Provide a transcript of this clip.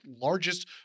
largest